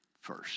first